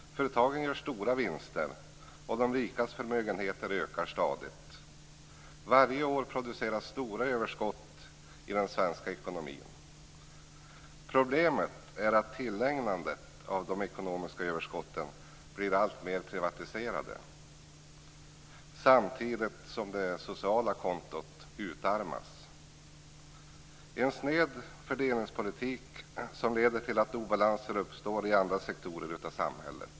Företagen gör stora vinster och de rikas förmögenheter ökar stadigt. Varje år produceras stora överskott i den svenska ekonomin. Problemet är att tillägnandet av de ekonomiska överskotten blir alltmer privatiserat, samtidigt som det sociala kontot utarmas. Det är en sned fördelningspolitik som leder till att obalanser uppstår i andra sektorer av samhället.